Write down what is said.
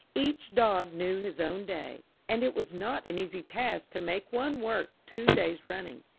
each dog knew his own day, and it was not an easy task to make one work two days running.